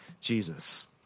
Jesus